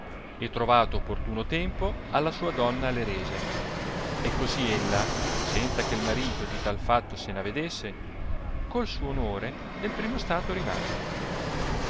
e trovato opportuno tempo alla sua donna le rese e cosi ella senza che l marito di tal fatto se n avedesse col suo onore nel primo stato rimase